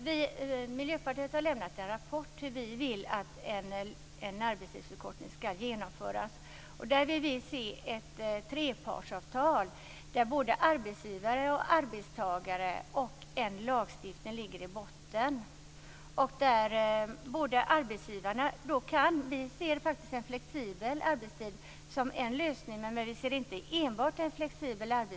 Herr talman! Miljöpartiet har lämnat en rapport om hur vi vill att en arbetstidsförkortning skall genomföras. Vi vill se ett trepartsavtal där arbetsgivare och arbetstagare finns med och där en lagstiftning ligger i botten. Vi ser flexibel arbetstid som en lösning, men vi ser inte enbart detta som bra.